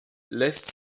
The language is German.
lässt